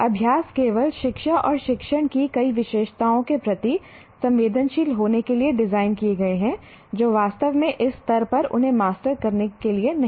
अभ्यास केवल शिक्षा और शिक्षण की कई विशेषताओं के प्रति संवेदनशील होने के लिए डिज़ाइन किए गए हैं जो वास्तव में इस स्तर पर उन्हें मास्टर करने के लिए नहीं हैं